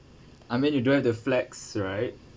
I mean you don't have to flex right